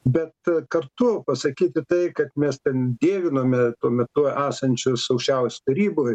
bet kartu pasakyti tai kad mes ten dievinome tuo metu esančius aukščiausioj taryboj